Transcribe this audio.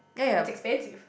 it's expensive